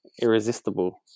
irresistible